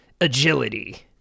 agility